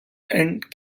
and